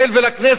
ולכנסת,